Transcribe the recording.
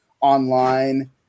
online